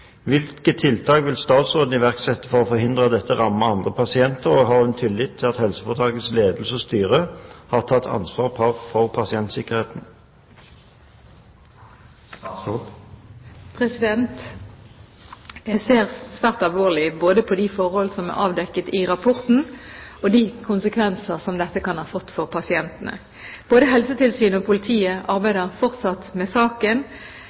Hvilke tiltak vil statsråden iverksette for å forhindre at dette rammer andre pasienter, og har hun tillit til at helseforetakets ledelse og styret har tatt ansvar for pasientsikkerheten?» Jeg ser svært alvorlig både på de forhold som er avdekket i rapporten, og på de konsekvenser dette kan ha fått for pasientene. Både Helsetilsynet og politiet arbeider fortsatt med saken,